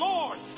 Lord